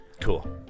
cool